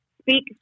speak